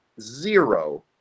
zero